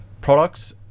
products